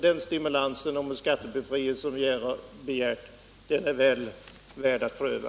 Den stimulans som vi har begärt — skattebefrielse — är väl värd att pröva.